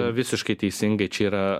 visiškai teisingai čia yra